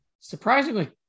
surprisingly